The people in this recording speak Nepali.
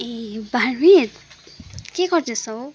ए बारमित के गर्दैछौ